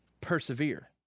persevere